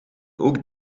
ook